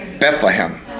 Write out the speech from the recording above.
Bethlehem